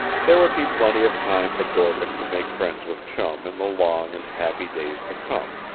there would be plenty of time for dorcas to make friends with chum in the long and happy days to come.